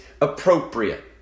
appropriate